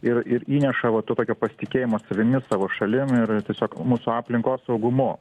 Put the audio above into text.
ir ir įneša va to tokio pasitikėjimo savimi savo šalim ir ir tiesiog mūsų aplinkos saugumu